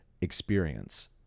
experience